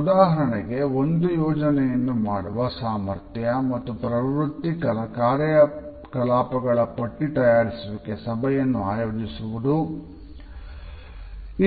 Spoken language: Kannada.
ಉದಾಹರಣೆಗೆ ಒಂದು ಯೋಜನೆಯನ್ನು ಮಾಡುವ ಸಾಮರ್ಥ್ಯ ಮತ್ತು ಪ್ರವೃತ್ತಿ ಕಾರ್ಯಕಲಾಪಗಳ ಪಟ್ಟಿ ತಯಾರಿಸುವಿಕೆ ಸಭೆಯನ್ನು ಆಯೋಜಿಸುವುದು